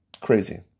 Crazy